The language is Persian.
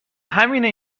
همینه